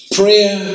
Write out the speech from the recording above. prayer